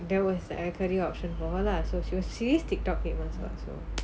that was a career option for her lah so she is TikTok famous [what] so